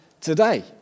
today